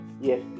yes